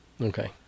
Okay